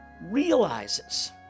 realizes